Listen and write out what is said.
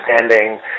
understanding